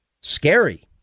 Scary